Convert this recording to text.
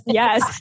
yes